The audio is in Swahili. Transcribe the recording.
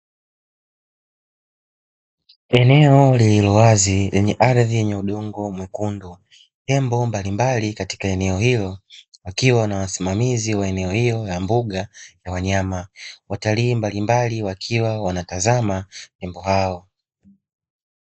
Eneo lililowazi lenye ardhi yenye udongo mwekundu. Tembo mbalimbali katika eneo hilo wakiwa na wasimamizi wa eneo hiyo ya mbuga ya wanyama. Watalii mbalimbali wakiwa wanatazama tembo hao.